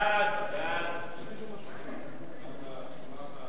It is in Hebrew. סעיפים 1